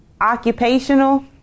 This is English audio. occupational